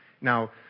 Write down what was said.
Now